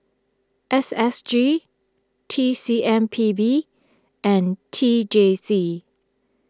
S S G T C M P B and T J C